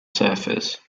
surface